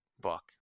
book